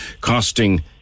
costing